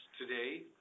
today